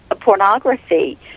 pornography